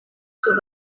sur